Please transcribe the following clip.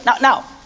now